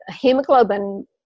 hemoglobin